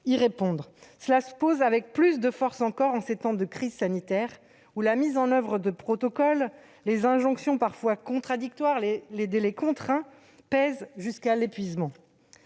y répondre. Ce problème se pose avec plus de force encore en ces temps de crise sanitaire, où la mise en oeuvre de protocoles, les injonctions parfois contradictoires et les délais contraints pèsent jusqu'à l'épuisement.